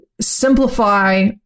simplify